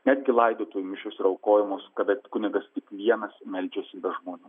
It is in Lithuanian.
netgi laidotuvių mišios yra aukojimos kada kunigas tik vienas meldžiasi be žmonių